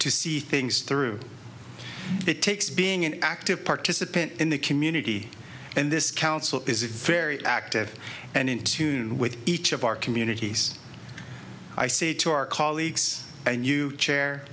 to see things through it takes being an active participant in the community and this council is very active and in tune with each of our communities i say to our colleagues and you sha